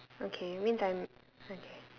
okay means I'm okay